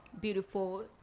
beautiful